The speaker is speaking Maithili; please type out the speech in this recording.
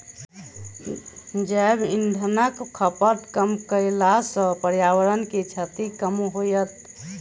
जैव इंधनक खपत कम कयला सॅ पर्यावरण के क्षति कम होयत